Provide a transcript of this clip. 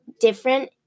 different